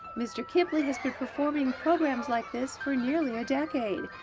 mister kipley has been performing programs like this for nearly a decade,